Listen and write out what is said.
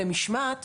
למשמעת,